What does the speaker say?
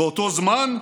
באותו זמן?